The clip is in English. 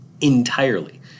entirely